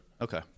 Okay